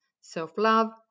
Self-love